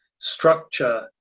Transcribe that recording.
structure